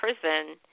prison